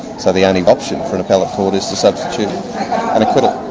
so the only option for an appellate court is to substitute an acquittal.